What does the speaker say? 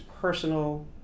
personal